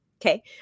Okay